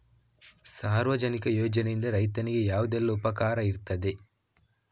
ಸಾರ್ವಜನಿಕ ಯೋಜನೆಯಿಂದ ರೈತನಿಗೆ ಯಾವುದೆಲ್ಲ ಉಪಕಾರ ಇರ್ತದೆ?